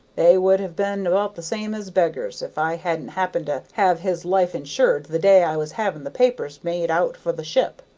they would have been about the same as beggars, if i hadn't happened to have his life insured the day i was having the papers made out for the ship.